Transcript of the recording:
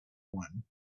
one